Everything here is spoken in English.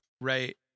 Right